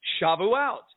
Shavuot